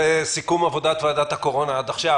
זה סיכום עבודת ועדת הקורונה עד עכשיו,